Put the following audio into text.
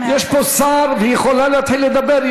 יש פה שר, והיא יכולה להתחיל לדבר.